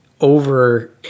over